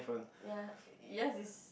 ya your's is